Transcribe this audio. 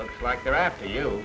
look like they're after you